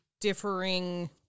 differing